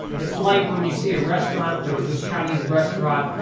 it's like when you see a restaurant. there was this chinese restaurant.